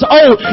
old